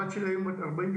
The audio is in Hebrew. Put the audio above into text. הבת שלי היום בת 42,